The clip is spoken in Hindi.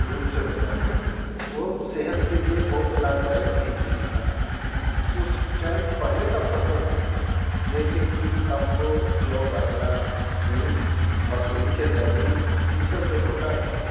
रूप से होता था वो सेहत के लिए बहुत लाभदायक चीज़ भी था उस टाइम पहले का फ़सल में जैसे कि आपको जौ बाजरा मसूर खेसारी ये सब जो होता था